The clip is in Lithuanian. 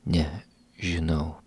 ne žinau